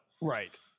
right